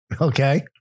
Okay